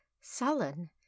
sullen